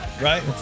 Right